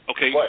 Okay